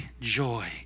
joy